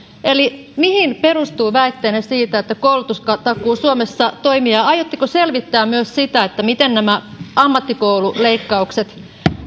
eli mihin perustuu väitteenne siitä että koulutustakuu suomessa toimii ja ja aiotteko selvittää myös sitä miten nämä ammattikoululeikkaukset